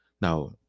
Now